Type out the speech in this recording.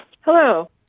Hello